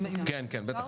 כן, בטח.